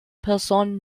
personnes